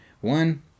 one